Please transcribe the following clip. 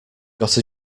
got